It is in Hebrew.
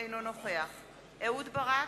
אינו נוכח אהוד ברק,